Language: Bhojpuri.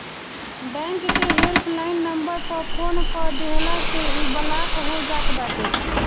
बैंक के हेल्प लाइन नंबर पअ फोन कअ देहला से इ ब्लाक हो जात बाटे